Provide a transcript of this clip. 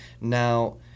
Now